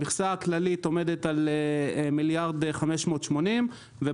המכסה הכללית עומדת על 1.580 מיליארד,